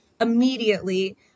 immediately